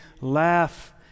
laugh